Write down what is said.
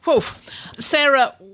Sarah